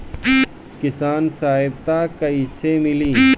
किसान सहायता कईसे मिली?